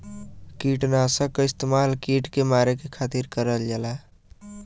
किटनाशक क इस्तेमाल कीट के मारे के खातिर करल जाला